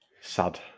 Sad